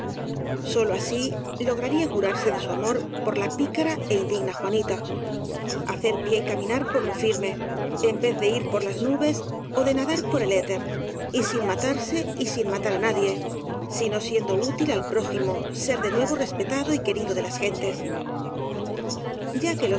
sólo así lograría curarse de su amor por la pi cara é indigna juanita hacer pie y caminar por lo firme en vez de ir por las nubes ó de nadar por el éter y sin matarse y sin matar á nadie sino siendo útil al prójimo ser de nuevo respetado y querido de las gentes ya que